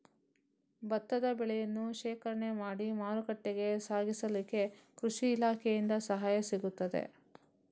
ಭತ್ತದ ಬೆಳೆಯನ್ನು ಶೇಖರಣೆ ಮಾಡಿ ಮಾರುಕಟ್ಟೆಗೆ ಸಾಗಿಸಲಿಕ್ಕೆ ಕೃಷಿ ಇಲಾಖೆಯಿಂದ ಸಹಾಯ ಸಿಗುತ್ತದಾ?